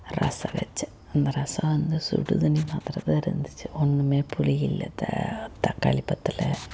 ரசம் வைச்சேன் அந்த ரசம் வந்து சுடுதண்ணி மாதிரிதான் இருந்துச்சு ஒன்றுமே புளி இல்லை தக்காளி பற்றல